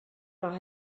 war